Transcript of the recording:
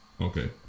Okay